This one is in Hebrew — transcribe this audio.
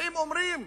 באים ואומרים: